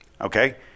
Okay